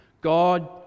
God